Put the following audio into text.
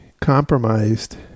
compromised